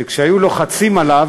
שכאשר היו לוחצים עליו,